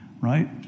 Right